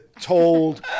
told